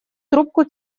трубку